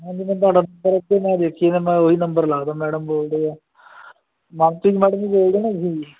ਮੈਂ ਉਹ ਹੀ ਨੰਬਰ ਲਾ ਦਾ ਮੈਡਮ ਬੋਲਦੇ ਆ ਮਨਪ੍ਰੀਤ ਮੈਡਮ ਹੀ ਬੋਲਦੇ ਨਾ ਤੁਸੀਂ